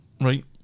Right